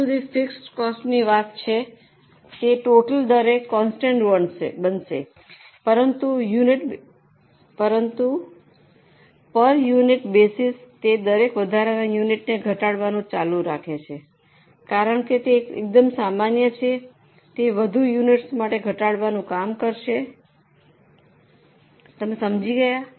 જ્યાં સુધી ફિક્સડ કોસ્ટની વાત છે તે ટોટલ દરે કોન્સ્ટન્ટ બનશે પરંતુ પર યુનિટ બેસીસ તે દરેક વધારાના યુનિટને ઘટાડવાનું ચાલુ રાખે છે કારણ કે તે એકદમ સામાન્ય છે તે વધુ યુનિટ્સ માટે ઘટાડવાનું કામ કરશે શું તમે સમજી ગયા